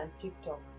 TikTok